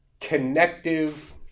connective